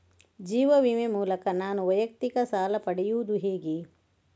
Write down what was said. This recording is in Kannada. ಜೀವ ವಿಮೆ ಮೂಲಕ ನಾನು ವೈಯಕ್ತಿಕ ಸಾಲ ಪಡೆಯುದು ಹೇಗೆ?